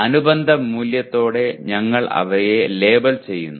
അനുബന്ധ മൂല്യത്തോടെ ഞങ്ങൾ അവയെ ലേബൽ ചെയ്യുന്നു